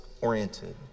oriented